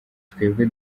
twebwe